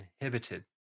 inhibited